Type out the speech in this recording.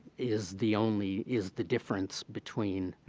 is the only is the difference between